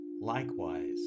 likewise